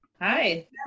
Hi